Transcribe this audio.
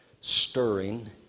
stirring